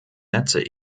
netze